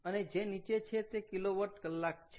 અને જે નીચે છે તે કિલોવોટ કલાક છે